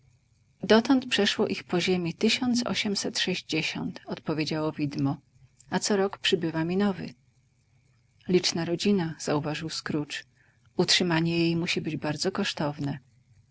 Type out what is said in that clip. dotąd przeszło ich po ziemi tysiąc osiemset sześćdziesiąt odpowiedziało widmo a co rok przybywa mi nowy liczna rodzina zauważył scrooge utrzymanie jej musi być bardzo kosztowne